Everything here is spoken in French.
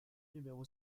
numéro